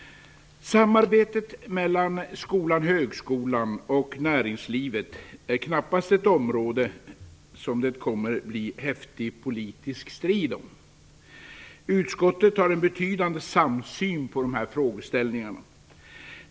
Samarbetet mellan skolan/högskolan och näringslivet är knappast något som det kommer att bli häftig politisk strid om. Utskottet har en betydande samsyn på de här frågeställningarna.